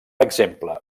exemple